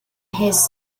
his